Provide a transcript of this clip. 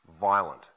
violent